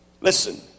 Listen